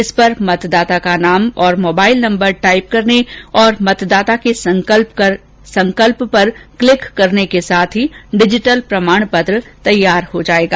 इस पर मतदाता का नाम और मोबाइल नंबर टाइप करने और मतदाता के संकल्प पर क्लिक के साथ ही डिजीटल प्रमाण पत्र तैयार हो जाएगा